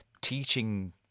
teaching